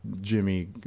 jimmy